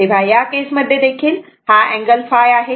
तेव्हा या केस मध्ये देखील हा अँगल ϕ आहे